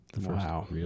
Wow